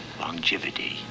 longevity